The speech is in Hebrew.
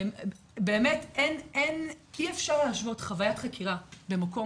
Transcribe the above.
באמת אי אפשר להשוות חוויית חקירה במקום